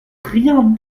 rien